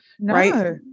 right